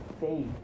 faith